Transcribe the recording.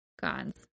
gods